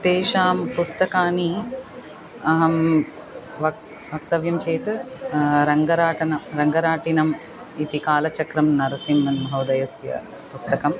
तेषां पुस्तकानि अहं वक् वक्तव्यं चेत् रङ्गराटन रङ्गराटिनम् इति कालचक्रं नरसिंहन्महोदयस्य पुस्तकम्